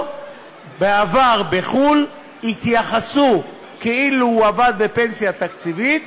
בעבר בחו"ל יתייחסו כאילו הוא עבד בפנסיה תקציבית,